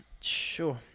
sure